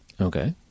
okay